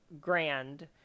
grand